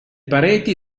pareti